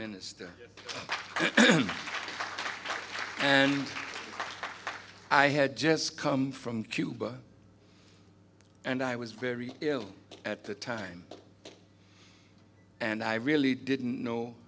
minister and i had just come from cuba and i was very ill at the time and i really didn't know